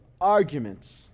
arguments